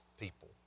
people